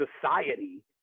society